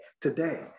Today